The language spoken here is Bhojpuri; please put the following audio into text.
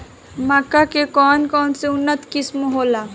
मक्का के कौन कौनसे उन्नत किस्म होला?